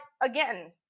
again